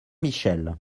michel